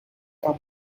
are